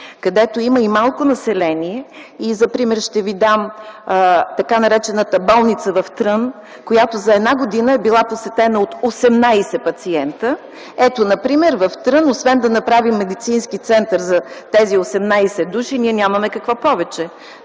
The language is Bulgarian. където има и малко население. За пример ще ви дам така наречената болница в Трън, която за една година е била посетена от 18 пациента. Ето например в Трън освен да направим медицински център за тези 18 души, ние нямаме какво повече.